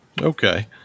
Okay